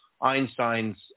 Einstein's